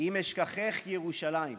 "אם אשכחך ירושלם